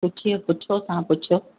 पुछी पुछो तव्हां पुछो